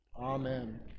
Amen